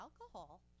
alcohol